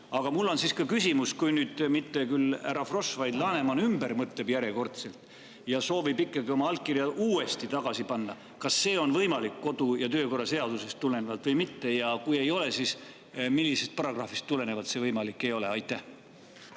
mul on ka küsimus. Kui nüüd mitte küll härra Frosch, vaid Laneman järjekordselt ümber mõtleb ja soovib ikkagi oma allkirja uuesti tagasi panna, kas see on võimalik kodu‑ ja töökorra seadusest tulenevalt või mitte? Ja kui ei ole, siis millisest paragrahvist tulenevalt see võimalik ei ole? Just